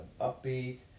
upbeat